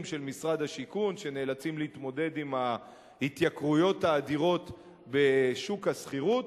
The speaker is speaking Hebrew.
של משרד השיכון שנאלצים להתמודד עם ההתייקרויות האדירות בשוק השכירות.